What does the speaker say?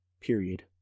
Period